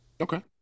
Okay